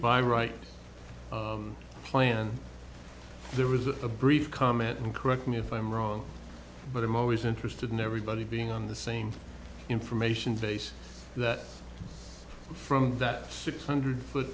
my right plan there was a brief comment and correct me if i'm wrong but i'm always interested in everybody being on the same information base that from that six hundred foot